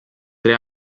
tre